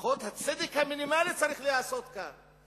לפחות הצדק המינימלי צריך להיעשות כאן.